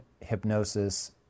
hypnosis